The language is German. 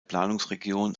planungsregion